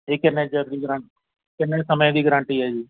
ਇਹ ਕਿੰਨੇ ਚਿਰ ਦੀ ਗਰਾਨ ਕਿੰਨੇ ਸਮੇਂ ਦੀ ਗਰੰਟੀ ਹੈ ਜੀ